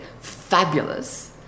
fabulous